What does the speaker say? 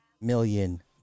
million